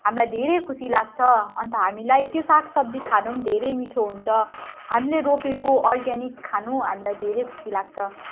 हामीलाई धेरै खुसी लाग्छ अन्त हामीलाई त्यो सागसब्जी खानु पनि धेरै मिठो हुन्छ हामीले रोपेको अर्ग्यानिक खानु हामीलाई धेरै खुसी लाग्छ